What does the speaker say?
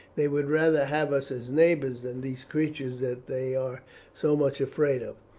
they would rather have us as neighbours than these creatures that they are so much afraid of.